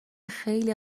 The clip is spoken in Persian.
خیلی